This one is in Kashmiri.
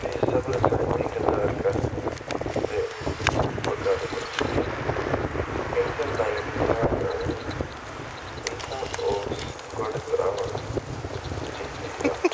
بے صبرٕ سان اِنتِظار کَران زِ بہٕ کَر وٕچھٕ ٹی وی ییٚلہِ تہِ لایِٹ یِوان ٲس اِنسان اوس گۄڈٕ ترٛاوان ٹی وی یَلہٕ